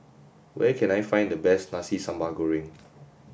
where can I find the best Nasi Sambal Goreng